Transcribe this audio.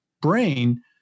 brain